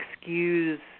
excuse